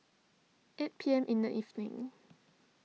eight P M in the evening